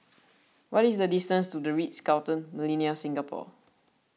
what is the distance to the Ritz Carlton Millenia Singapore